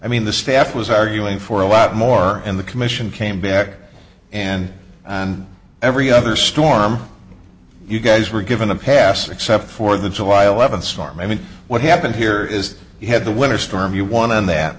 i mean the staff was arguing for a lot more and the commission came back and and every other storm you guys were given a pass except for them so while evan storm i mean what happened here is you had the winter storm you want to end that